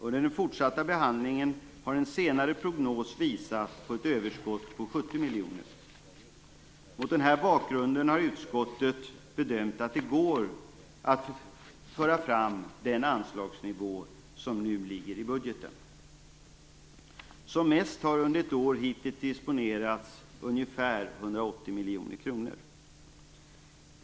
Under den fortsatta behandlingen har en senare prognos visat på ett överskott på 70 miljoner. Mot denna bakgrund har utskottet bedömt att det går att föra fram den anslagsnivå som nu ligger i budgeten. Som mest har under ett år hittills disponerats ungefär 180 miljoner kronor.